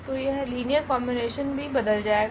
तो यह linear combination भी बदल जाएगा